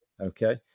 Okay